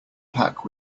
pack